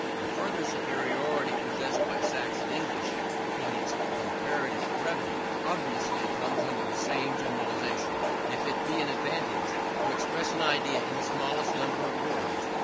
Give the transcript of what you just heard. the further superiority possessed by saxon english in its comparative brevity, obviously comes under the same generalization. if it be an advantage to express an idea in the smallest number of words,